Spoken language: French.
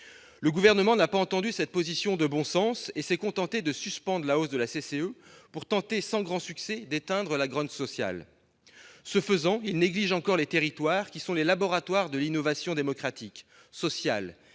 Le Gouvernement n'a pas entendu cette position de bon sens et s'est contenté de suspendre la hausse de la CCE pour tenter, sans grand succès, d'éteindre la grogne sociale. Ce faisant, il néglige encore les territoires, qui sont les laboratoires de l'innovation démocratique, sociale,